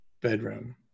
bedroom